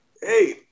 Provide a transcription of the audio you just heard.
hey